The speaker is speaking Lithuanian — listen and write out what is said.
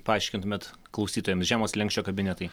paaiškintumėt klausytojams žemo slenksčio kabinetai